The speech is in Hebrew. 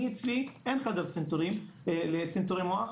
אני אצלי אין חדר צנתורים לצנתורי מוח,